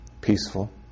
peaceful